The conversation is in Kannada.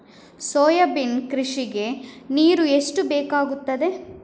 ಸೋಯಾಬೀನ್ ಕೃಷಿಗೆ ನೀರು ಎಷ್ಟು ಬೇಕಾಗುತ್ತದೆ?